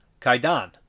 kaidan